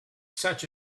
such